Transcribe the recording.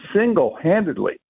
single-handedly